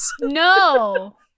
No